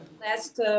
Last